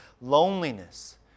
loneliness